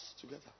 together